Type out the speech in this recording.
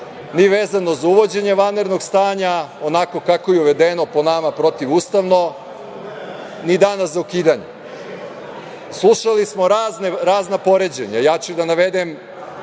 ni vezano za uvođenje vanrednog stanja, onako kako je uvedeno, po nama protivustavno, ni danas za ukidanje. Slušali smo razna poređenja. Ja ću da navedem